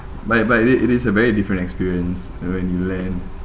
but but it is it is a very different experience uh when you land